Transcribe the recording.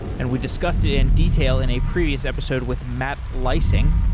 and we discussed it in detail in a previous episode with matt leising.